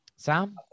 Sam